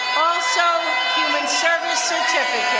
also human service certificate.